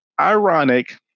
Ironic